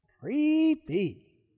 creepy